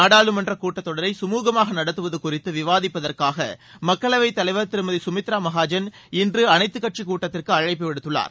நாடாளுமன்ற கூட்டத்தொடரை குழுகமாக நடத்துவது குறித்து விவாதிப்பதற்காக மக்களவைத் தலைவா் திரும்தி சுமித்ரா மஹாஜன் இன்று அனைத்துக் கட்சிக் கூட்டத்திற்கு அழைப்பு விடுத்துள்ளார்